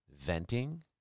venting